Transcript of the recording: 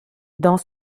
dans